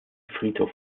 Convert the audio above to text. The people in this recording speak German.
friedhof